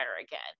again